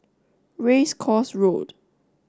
Race Course Road